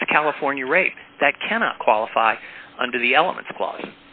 that's california rape that cannot qualify under the elements cla